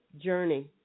journey